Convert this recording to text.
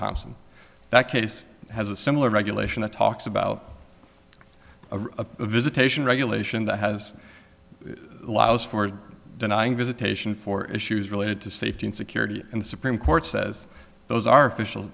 thompson that case has a similar regulation that talks about a visitation regulation that has allows for denying visitation for issues related to safety and security and the supreme court says those are official